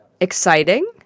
exciting